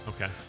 okay